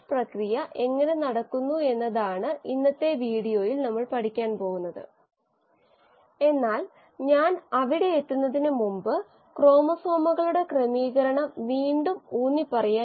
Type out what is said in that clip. നമ്മൾ പ്രവർത്തിക്കുന്നുവെന്ന് കരുതുക പൈപ്പ് വലുപ്പങ്ങൾ നമുക്ക് ഏകദേശം 50 മീറ്റർ എന്ന് ഉത്തരം ലഭിക്കും പൈപ്പ് വ്യാസം 50 മീറ്ററാണെന്ന് നമുക്കറിയാം